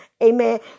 Amen